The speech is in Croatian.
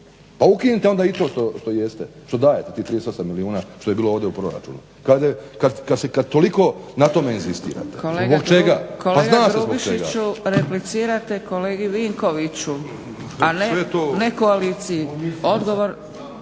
Pa ukinite onda i to što dajete, tih 38 milijuna što je bilo ovdje u proračunu kad toliko na tome inzistirate. Zbog čega, pa zna se zbog čega. **Zgrebec, Dragica (SDP)** Kolega Grubišiću, replicirate kolegi Vinkoviću, a ne koaliciji. …